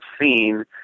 seen